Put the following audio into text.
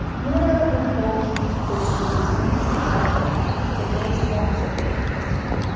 whether we call this resistance in the diverse forms it may assume,